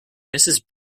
mrs